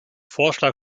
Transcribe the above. vorschlag